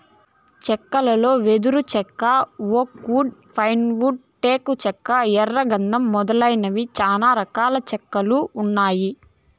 చెక్కలలో వెదురు చెక్క, ఓక్ వుడ్, పైన్ వుడ్, టేకు చెక్క, ఎర్ర గందం మొదలైనవి చానా రకాల చెక్కలు ఉన్నాయి